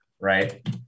right